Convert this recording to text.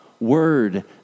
Word